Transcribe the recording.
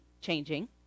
changing